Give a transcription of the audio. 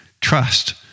Trust